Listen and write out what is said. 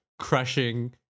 crushing